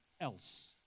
else